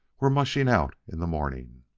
we're mushing out in the mornin'.